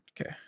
okay